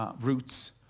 roots